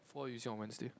four I used it on Wednesday